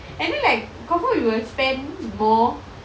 and then like confirm we will like spend more